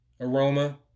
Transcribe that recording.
aroma